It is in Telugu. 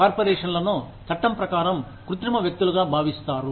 కార్పొరేషన్లను చట్టం ప్రకారం కృత్రిమ వ్యక్తులుగా భావిస్తారు